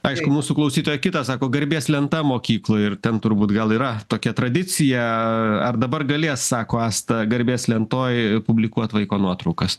aišku mūsų klausytoja kitą sako garbės lenta mokykloj ir ten turbūt gal yra tokia tradicija a ar dabar galės sako asta garbės lentoj publikuot vaiko nuotraukas